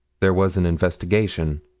there was an investigation.